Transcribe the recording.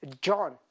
John